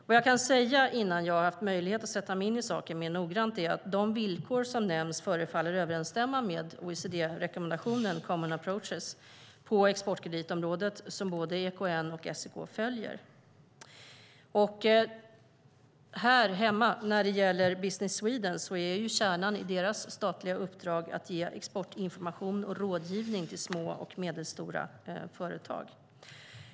Vad jag kan säga innan jag har haft möjlighet att sätta mig in i saken mer noggrant är att de villkor som nämns förefaller överensstämma med OECD-rekommendationen, common approaches, på exportkreditområdet som både EKN och SEK följer. Här hemma är kärnan i Business Swedens statliga uppdrag att ge exportinformation och rådgivning till små och medelstora företag.